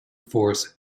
force